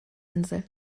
insel